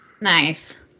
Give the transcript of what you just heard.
nice